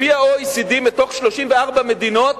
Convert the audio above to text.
לפי ה-OECD, מתוך 34 מדינות,